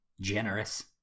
generous